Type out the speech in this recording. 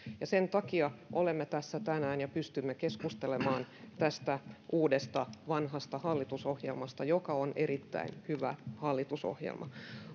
sen takia olemme tässä tänään ja pystymme keskustelemaan tästä uudesta vanhasta hallitusohjelmasta joka on erittäin hyvä hallitusohjelma